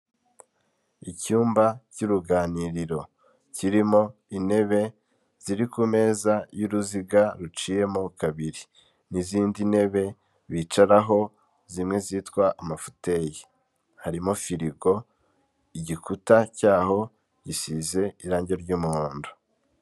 Icyumba cy'uruganiriro, kirimo intebe ziri ku meza y'uruziga ruciyemo kabiri n'izindi ntebe bicaraho zimwe zitwa amafuteyeyi, harimo firigo, igikuta cy'aho gisize irange ry'umuhondo.